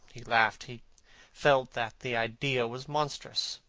he laughed. he felt that the idea was monstrous.